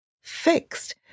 fixed